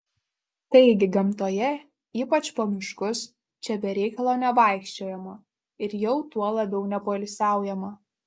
taigi gamtoje ypač po miškus čia be reikalo nevaikščiojama ir jau tuo labiau nepoilsiaujama